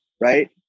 Right